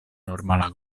normala